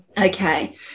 Okay